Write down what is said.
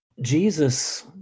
Jesus